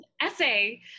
essay